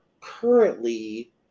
currently